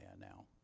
now